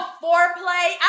foreplay